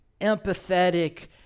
empathetic